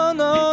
no